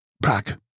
Back